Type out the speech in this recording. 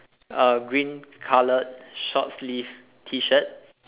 a green colour short sleeve T shirt